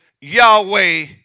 Yahweh